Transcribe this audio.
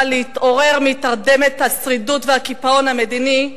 להתעורר מתרדמת השרידות והקיפאון המדיני,